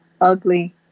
ugly